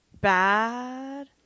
bad